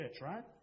right